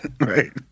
Right